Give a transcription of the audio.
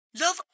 Love